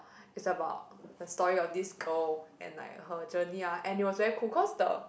it's about a story of this girl and like her journey ah and it was very cool because the